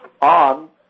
on